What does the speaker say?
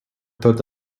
thought